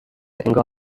انگار